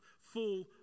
full